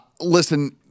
Listen